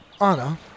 Anna